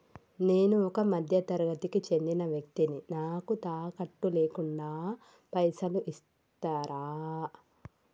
నేను ఒక మధ్య తరగతి కి చెందిన వ్యక్తిని నాకు తాకట్టు లేకుండా పైసలు ఇస్తరా?